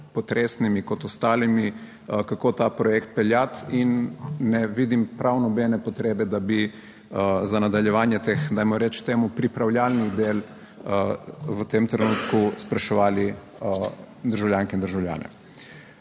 kot ostalimi, kako ta projekt peljati in ne vidim prav nobene potrebe, da bi za nadaljevanje teh, dajmo reči temu, pripravljalnih del, v tem trenutku spraševali državljanke in državljane